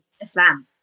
Islam